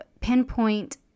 pinpoint